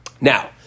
Now